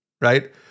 right